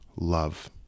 love